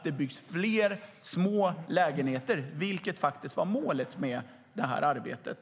Det byggs fler små lägenheter, vilket faktiskt var målet med arbetet.